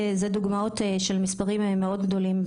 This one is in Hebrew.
דוגמאות של מספרים גדולים.